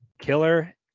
killer